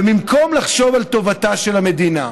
ובמקום לחשוב על טובתה של המדינה,